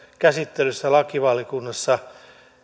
käsittelyssä lakivaliokunnassa